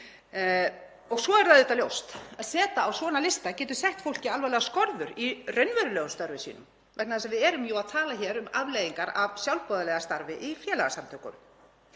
Svo er það auðvitað ljóst að seta á svona lista getur sett fólki alvarlegar skorður í raunverulegum störfum sínum vegna þess að við erum jú að tala hér um afleiðingar af sjálfboðaliðastarfi í félagasamtökum.